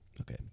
Okay